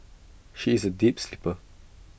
she is A deep sleeper